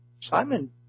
Simon